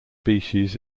species